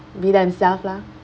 be themself lah